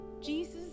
Jesus